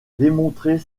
démontrer